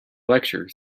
lecture